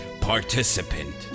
participant